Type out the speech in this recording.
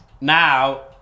Now